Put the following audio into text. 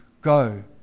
Go